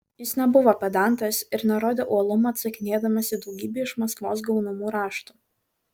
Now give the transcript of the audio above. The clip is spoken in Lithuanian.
jis nebuvo pedantas ir nerodė uolumo atsakinėdamas į daugybę iš maskvos gaunamų raštų